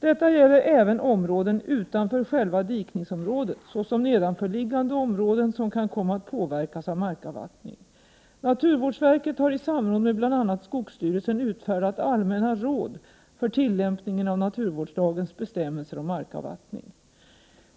Detta gäller även områden utanför själva dikningsområdet såsom nedanförliggande områden som kan komma att påverkas av markavvattning. Naturvårdsverket har i samråd med bl.a. skogsstyrelsen utfärdat allmänna råd för tillämpningen av naturvårdslagens bestämmelser om markavvattning.